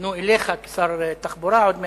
יכוונו אליך כשר התחבורה עוד מעט.